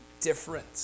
different